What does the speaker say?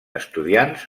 estudiants